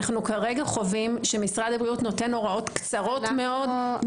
אנו כרגע חווים שמשרד הבריאות נותן הוראות קצרות מאוד,